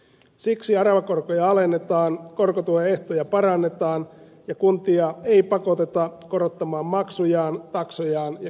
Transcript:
siksi aravakorkoja alennetaan korkotuen ehtoja parannetaan ja kuntia ei pakoteta korottamaan maksujaan taksojaan ja kiinteistöverojaan